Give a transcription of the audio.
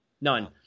none